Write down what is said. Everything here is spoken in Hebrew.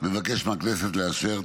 ומבקש מהכנסת לאשר.